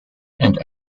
and